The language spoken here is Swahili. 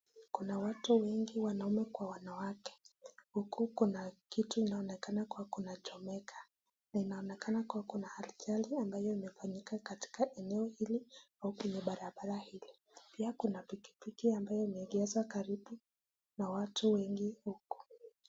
Kuna watu wengi wanaume kwa wanawake huku kuna kitu inaonekana kuwa inachomeka na inaonekana kuwa ajali ambayo imefanyika katika eneo hili au kwenye barabara hili. Pia kuna pikipiki ambayo imeegezwa karibu na watu wengi huko.